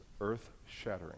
earth-shattering